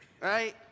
right